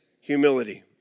humility